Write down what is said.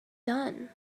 done